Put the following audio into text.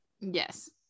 yes